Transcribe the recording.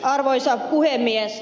arvoisa puhemies